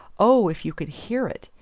oh, if you could hear it!